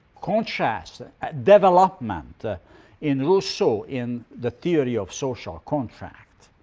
contrast development ah in rousseau in the theory of social contract.